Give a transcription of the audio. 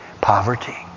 poverty